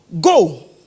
go